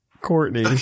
Courtney